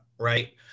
right